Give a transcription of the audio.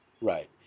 Right